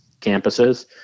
campuses